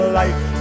life